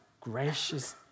gracious